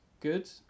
good